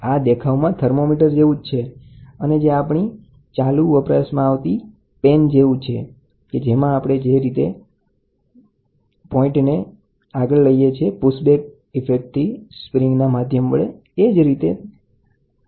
તમે તમારા થર્મોમીટરની જેમ ઉપયોગમાં લઇ શકો તમે તેને પેનની જેમ લઈ શકો છો